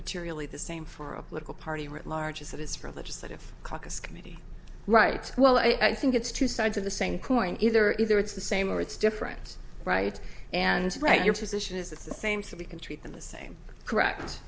materially the same for a political party writ large as it is for a legislative caucus committee right well i think it's two sides of the same coin either either it's the same or it's different right and right your position is the same so we can treat them the same correct